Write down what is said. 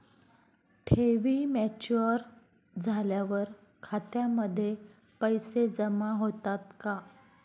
ठेवी मॅच्युअर झाल्यावर खात्यामध्ये पैसे जमा होतात का?